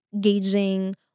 gauging